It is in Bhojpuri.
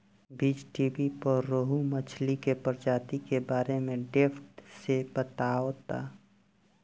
बीज़टीवी पर रोहु मछली के प्रजाति के बारे में डेप्थ से बतावता